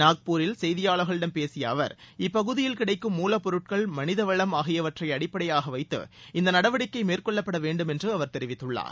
நாக்பூரில் செய்தியாளர்களிடம் பேசிய அவர் இப்பகுதியில் கிடைக்கும் மூலப்பொருட்கள் மனித வளம் ஆகியவற்றை அடிப்படையாக வைத்து இந்த நடவடிக்கை மேற்கொள்ளப்பட வேண்டும் என்று அவர் தெரிவித்துள்ளார்